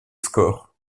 score